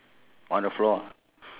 one is sitting down